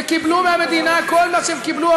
וקיבלו מהמדינה כל מה שהם קיבלו.